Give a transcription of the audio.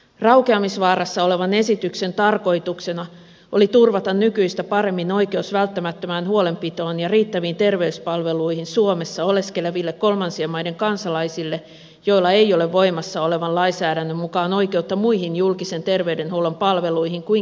raukeamisvaarassa olevan esityksen tarkoituksena oli turvata nykyistä paremmin oikeus välttämättömään huolenpitoon ja riittäviin terveyspalveluihin suomessa oleskeleville kolmansien maiden kansalaisille joilla ei ole voimassa olevan lainsäädännön mukaan oikeutta muihin julkisen terveydenhuollon palveluihin kuin kiireelliseen hoitoon